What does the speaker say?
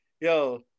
yo